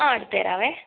ആ എടുത്ത് തരാമേ